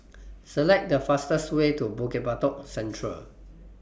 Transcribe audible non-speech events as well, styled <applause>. <noise> Select The fastest Way to Bukit Batok Central